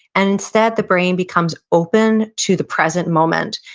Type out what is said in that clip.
and instead, the brain becomes open to the present moment,